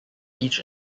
each